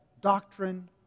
doctrine